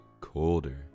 colder